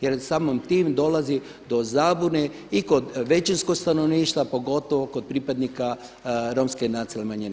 Jer samim tim dolazi do zabune i kod većinskog stanovništva, pogotovo kod pripadnika romske nacionalne manjine.